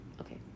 Okay